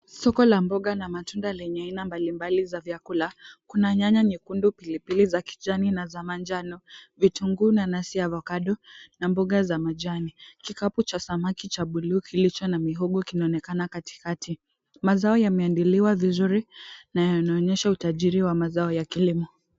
Soko la mboga na matunda lenye aina mbalimbali za vyakula. Kuna nyanya nyekundu, pilipili za kijani na za manjano, vitunguu, nanasi, avocado na mboga za majani. Kikapu cha samaki cha bluu kilicho na mihogo kinaonekana katikati. Mazao yameandaliwa vizuri na yanaonyesha utajiri wa mazao ya kilimo.